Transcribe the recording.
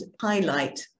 highlight